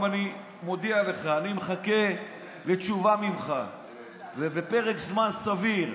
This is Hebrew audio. אני מודיע לך: אני מחכה לתשובה ממך בפרק זמן סביר.